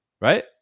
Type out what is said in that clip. Right